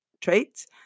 traits